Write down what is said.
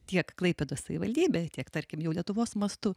tiek klaipėdos savivaldybė tiek tarkim jau lietuvos mastu